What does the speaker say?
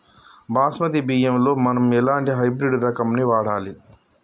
బాస్మతి బియ్యంలో మనం ఎలాంటి హైబ్రిడ్ రకం ని వాడాలి?